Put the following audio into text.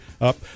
up